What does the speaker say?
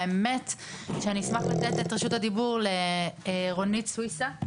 באמת שאני אשמח שתינתן רשות הדיבור לרונית סויסה,